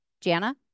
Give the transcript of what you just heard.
Jana